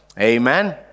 Amen